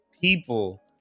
people